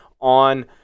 on